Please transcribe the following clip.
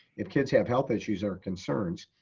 if kids have health issues or concerns,